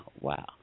wow